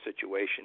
situation